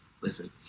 listen